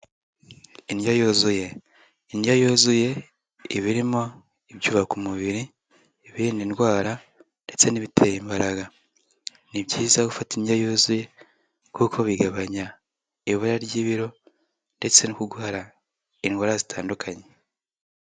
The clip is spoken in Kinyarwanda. Indyo yuzuye, indyo yuzuye iba irimo ibyubaka umubiri, ibirinda indwara ndetse n'ibitera imbaraga. Ni byiza gufata indyo yuzuye kuko bigabanya ibura ry'ibiro ndetse no kurwara indwara zitandukanye.